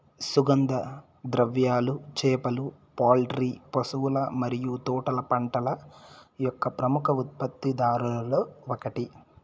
సుగంధ ద్రవ్యాలు, చేపలు, పౌల్ట్రీ, పశువుల మరియు తోటల పంటల యొక్క ప్రముఖ ఉత్పత్తిదారులలో ఒకటి